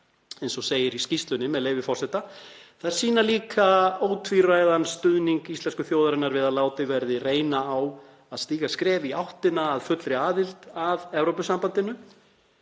eins og segir í skýrslunni. Þær sýna líka ótvíræðan stuðning íslensku þjóðarinnar við að látið verði reyna á að stíga skref í áttina að fullri aðild að Evrópusambandinu